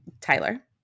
Tyler